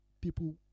people